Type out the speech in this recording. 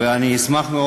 איזה תיקון?